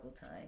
Time